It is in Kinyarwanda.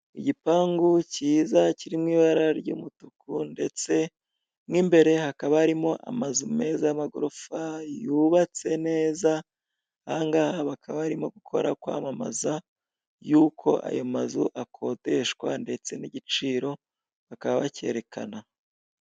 Igipangu cyiza kiri mu ibara ry'umutuku ndetse mo imbere hakaba harimo amazu meza y'amagorofa yubatse neza, aha ngaha bakaba barimo gukora, kwamamaza y'uko ayo mazu akodeshwa ndetse n'igiciro bakaba bacyerekana.